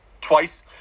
twice